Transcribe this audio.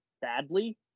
badly